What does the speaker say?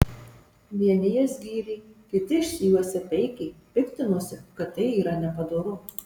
vieni jas gyrė kiti išsijuosę peikė piktinosi kad tai yra nepadoru